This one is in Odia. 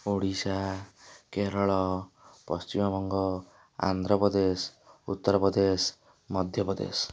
ଓଡ଼ିଶା କେରଳ ପଶ୍ଚିମ ବଙ୍ଗ ଆନ୍ଧ୍ରପ୍ରଦେଶ ଉତ୍ତରପ୍ରଦେଶ ମଧ୍ୟପ୍ରଦେଶ